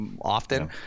often